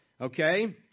Okay